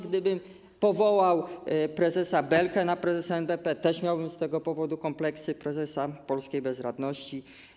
Gdybym powołał prezesa Belkę na prezesa NBP, też miałbym z tego powodu kompleksy, prezesa polskiej bezradności.